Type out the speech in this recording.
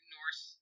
Norse